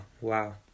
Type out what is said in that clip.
Wow